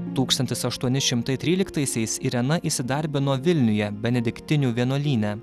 tūkstantis aštuoni šimtai tryliktaisiais irena įsidarbino vilniuje benediktinių vienuolyne